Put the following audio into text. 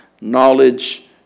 knowledge